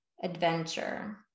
adventure